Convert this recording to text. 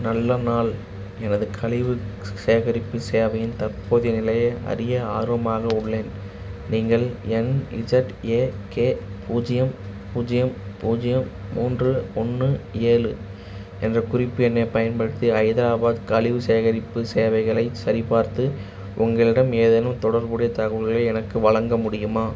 நல்ல நாள் எனது கழிவு சேகரிப்பு சேவையின் தற்போதைய நிலையை அறிய ஆர்வமாக உள்ளேன் நீங்கள் என்இஸெட்ஏகே பூஜ்யம் பூஜ்யம் பூஜ்யம் மூன்று ஒன்று ஏழு என்ற குறிப்பு எண்ணைப் பயன்படுத்தி ஹைதராபாத் கழிவு சேகரிப்பு சேவைகளைச் சரிபார்த்து உங்களிடம் ஏதேனும் தொடர்புடைய தகவலை எனக்கு வழங்க முடியுமா